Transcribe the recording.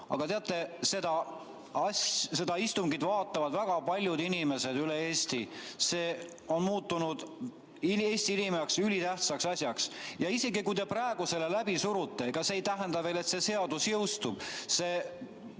Aga teate, seda istungit vaatavad väga paljud inimesed üle Eesti, see on muutunud Eesti inimeste jaoks ülitähtsaks asjaks. Isegi kui te praegu selle läbi surute, siis ega see ei tähenda veel, et see seadus jõustub.